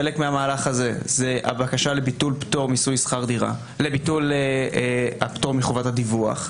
חלק מהמהלך הזה זה הבקשה לביטול הפטור מחובת הדיווח.